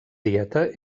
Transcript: dieta